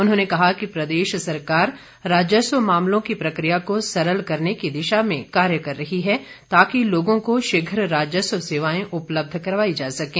उन्होंने कहा कि प्रदेश सरकार राजस्व मामलों की प्रक्रिया को सरल करने की दिशा में कार्य कर रही है ताकि लोगों को शीघ्र राजस्व सेवाएं उपलब्ध करवाई जा सकें